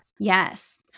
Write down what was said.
Yes